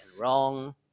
wrong